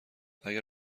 اگر